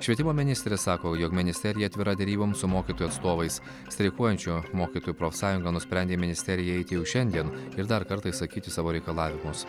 švietimo ministrė sako jog ministerija atvira deryboms su mokytojų atstovais streikuojančių mokytojų profsąjunga nusprendė į ministeriją eiti jau šiandien ir dar kartą išsakyti savo reikalavimus